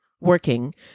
working